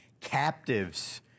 captives